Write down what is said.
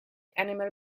animal